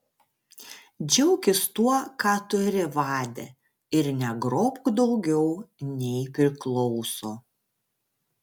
džiaukis tuo ką turi vade ir negrobk daugiau nei priklauso